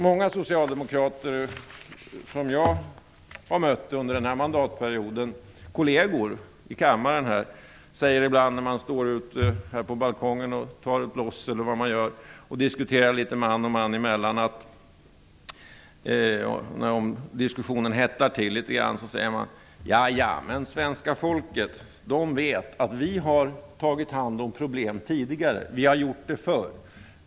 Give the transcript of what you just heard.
Många socialdemokrater som jag har mött under denna mandatperiod, kolleger i kammaren, säger ibland när man står ute här på balkongen och tar ett bloss, eller vad man gör, och diskuterar litet man och man emellan, om diskussionen hettar till litet grand: Ja ja, men svenska folket vet att vi har tagit hand om problemen tidigare. Vi har gjort det förr.